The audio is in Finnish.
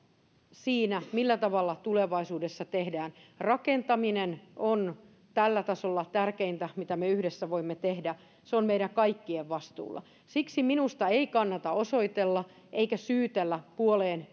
siinä millä tavalla tulevaisuudessa tehdään rakentaminen on tällä tasolla tärkeintä mitä me yhdessä voimme tehdä se on meidän kaikkien vastuulla siksi minusta ei kannata osoitella eikä syytellä puoleen